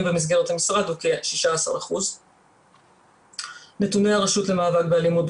במסגרת המשרד הוא כ- 16%. נתוני הרשות למאבק באלימות,